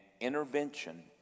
intervention